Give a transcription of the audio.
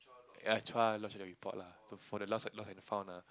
Chua lodge a report lah for the for the lost and found ah